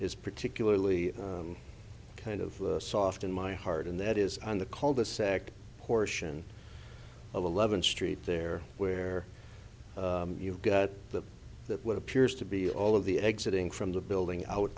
is particularly kind of soft in my heart and that is on the cul de sac portion of eleventh street there where you got the that what appears to be all of the exiting from the building out